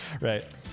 Right